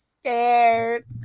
scared